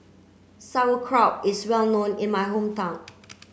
sauerkraut is well known in my hometown